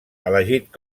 elegit